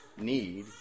need